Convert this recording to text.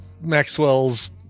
Maxwell's